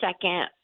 second